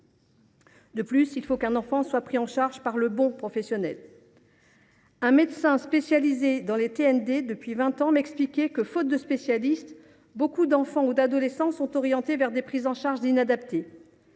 De plus, il faut que l’enfant soit pris en charge par le professionnel adéquat. Un médecin spécialisé dans les TND depuis vingt ans m’expliquait que, faute de spécialistes, nombre d’enfants ou d’adolescents sont orientés vers des prises en charge inadaptées.